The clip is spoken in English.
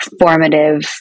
formative